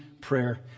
prayer